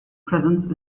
presence